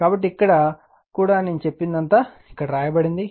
కాబట్టి ఇక్కడ కూడా నేను చెప్పినదంతా ఇక్కడ వ్రాయబడింది